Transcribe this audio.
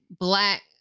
black